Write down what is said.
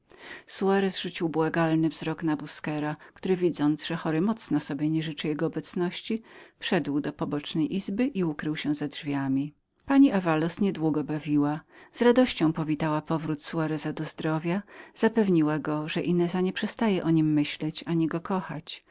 pokoju soarez rzucił błagalny wzrok na busquera który widząc że chory mocno sobie życzył jego obecności wszedł do pobocznej izby i ukrył się za drzwiami pani davaloz nie długo bawiła z radością powitała powrót soareza do zdrowia zapewniła go że ineza nie przestała o nim myśleć ani go kochać